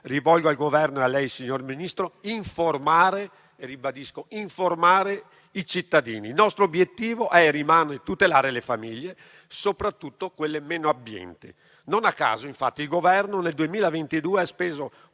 rivolgo al Governo e a lei signor Ministro - informare - ribadisco informare - i cittadini. Il nostro obiettivo è e rimane tutelare le famiglie, soprattutto quelle meno abbienti. Non a caso, infatti, il Governo nel 2022 ha speso